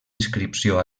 inscripció